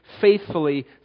faithfully